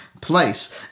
place